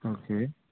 okay